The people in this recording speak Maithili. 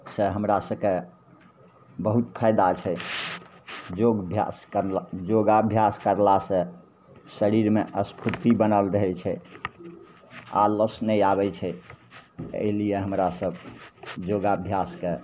से हमरा सबके बहुत फायदा छै योग अभ्यास करला योगाभ्यास करलासँ शरीरमे स्फूर्ति बनल रहय छै आलस नहि आबय छै अइ लिये हमरा सब योगाभ्यासके